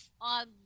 on